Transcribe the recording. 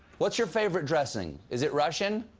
what's your favorite dressing? is it russian?